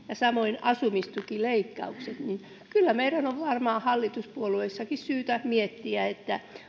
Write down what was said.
ja samoin asumistukileikkaukset kyllä meidän on varmaan hallituspuolueissakin syytä miettiä